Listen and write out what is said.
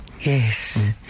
yes